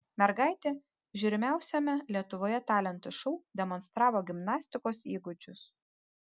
mergaitė žiūrimiausiame lietuvoje talentų šou demonstravo gimnastikos įgūdžius